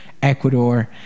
Ecuador